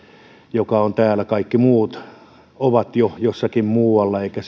joka on täällä ja kaikki muut ovat jo jossakin muualla emmekä